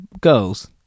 girls